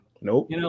Nope